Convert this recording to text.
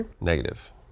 Negative